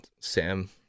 Sam